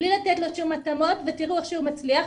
בלי לתת לו שום התאמות ותראו איך שהוא מצליח,